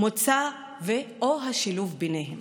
מוצא או השילוב ביניהם.